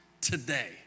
today